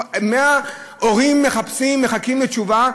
100 הורים מחכים לתשובה,